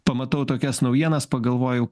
pamatau tokias naujienas pagalvojau